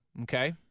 okay